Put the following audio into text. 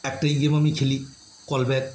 একটাই গেম আমি খেলি কল ব্যাক